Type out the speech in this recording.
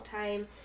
time